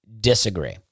disagree